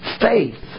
Faith